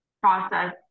process